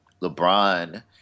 LeBron